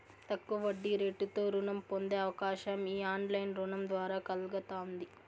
తక్కువ వడ్డీరేటుతో రుణం పొందే అవకాశం ఈ ఆన్లైన్ రుణం ద్వారా కల్గతాంది